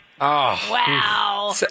Wow